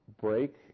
break